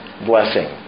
blessing